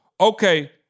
okay